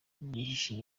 bihishe